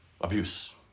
abuse